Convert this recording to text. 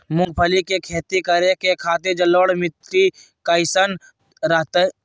मूंगफली के खेती करें के खातिर जलोढ़ मिट्टी कईसन रहतय?